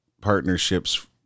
partnerships